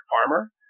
farmer